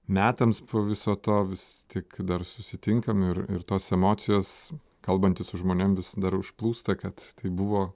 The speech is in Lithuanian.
metams po viso to vis tik dar susitinkam ir ir tos emocijos kalbantis su žmonėm vis dar užplūsta kad tai buvo